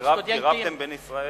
קירבתם בין ישראל,